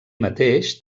mateix